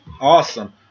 Awesome